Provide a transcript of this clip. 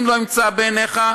אם לא ימצא חן בעיניך,